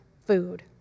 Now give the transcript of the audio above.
food